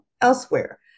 elsewhere